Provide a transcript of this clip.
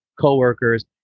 coworkers